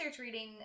reading